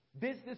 Business